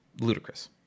ludicrous